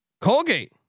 Colgate